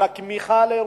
על הכמיהה לירושלים,